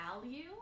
value